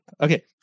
Okay